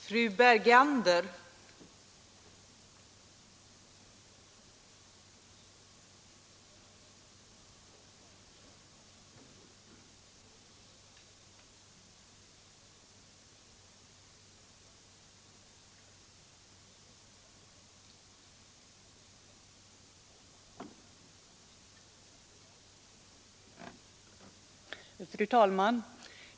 Fru talman!